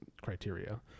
criteria